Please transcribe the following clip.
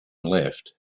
left